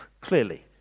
clearly